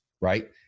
right